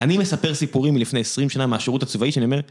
אני מספר סיפורים מלפני עשרים שנה מהשירות הצבאי שאני אומר